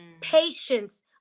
patience